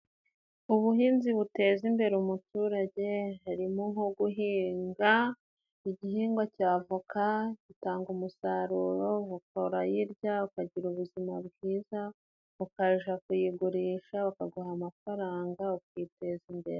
Ubuhinzi buteza imbere umuturage. Harimo nko guhinga igihingwa cya avoka, gitanga umusaruro. Avoka urayirya ukagira ubuzima bwiza. Ushobora kuyigurisha bakaguha amafaranga ukiteza imbere.